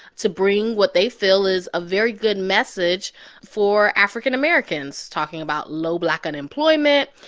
to bring what they feel is a very good message for african americans, talking about low black unemployment,